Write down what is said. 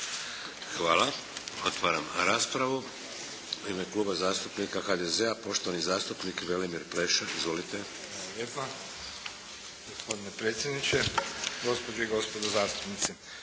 Hvala. Otvaram raspravu. U ime Kluba zastupnika HDZ-a poštovani zastupnik Velimir Pleša. Izvolite. **Pleša, Velimir (HDZ)** Hvala lijepa. Gospodine predsjedniče, gospođe i gospodo zastupnici.